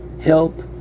help